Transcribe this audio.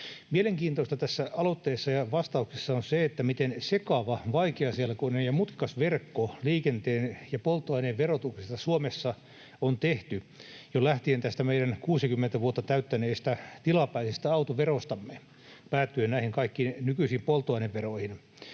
Mielenkiintoista tässä aloitteessa ja vastauksessa on se, miten sekava, vaikeaselkoinen ja mutkikas verkko liikenteen ja polttoaineen verotuksesta Suomessa on tehty lähtien jo tästä meidän 60 vuotta täyttäneestä tilapäisestä autoverostamme ja päättyen näihin kaikkiin nykyisiin polttoaineveroihin.